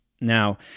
Now